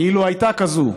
כאילו הייתה כזו,